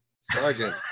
sergeant